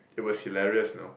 it was hilarious no